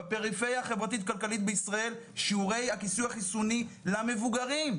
בפריפריה החברתית-כלכלית בישראל שיעורי הכיסוי החיסוני למבוגרים,